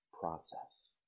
process